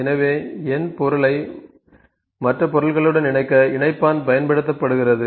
எனவே 'n' பொருளை மற்ற பொருள்களுடன் இணைக்க இணைப்பான் பயன்படுத்தப்படுகிறது